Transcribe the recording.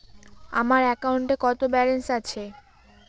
আমার অ্যাকাউন্টে কত ব্যালেন্স আছে?